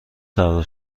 سوار